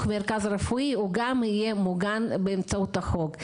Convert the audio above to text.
מרכז רפואי הוא גם יהיה מוגן באמצעות החוק.